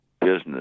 business